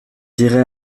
dirait